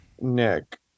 Nick